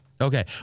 Okay